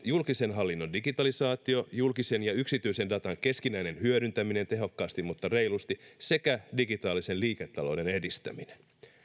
julkisen hallinnon digitalisaatio julkisen ja yksityisen datan keskinäinen hyödyntäminen tehokkaasti mutta reilusti sekä digitaalisen liiketalouden edistäminen